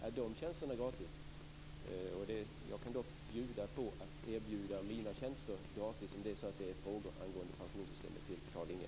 Är de tjänsterna gratis? Jag kan dock erbjuda mina tjänster gratis, om det är frågor angående pensionssystemet, till Carlinge.